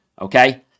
okay